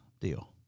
deal